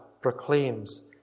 proclaims